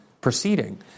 proceeding